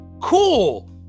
Cool